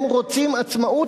הם רוצים עצמאות,